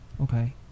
Okay